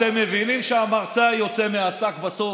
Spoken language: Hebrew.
אתם מבינים שהמרצע יוצא מהשק בסוף?